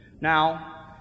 Now